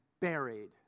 buried